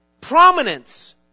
Prominence